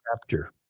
chapter